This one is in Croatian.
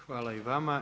Hvala i vama.